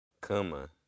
Cama